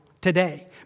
today